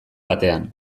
batean